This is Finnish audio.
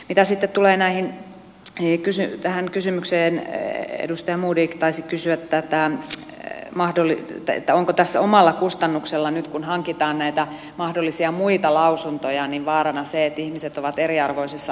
mitä sitten tulee tähän kysymykseen edustaja modig taisi kysyä onko tässä kun nyt omalla kustannuksella hankitaan näitä mahdollisia muita lausuntoja vaarana se että ihmiset ovat eriarvoisessa asemassa